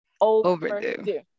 overdue